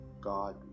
God